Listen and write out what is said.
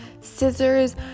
scissors